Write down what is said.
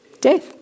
Death